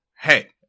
Hey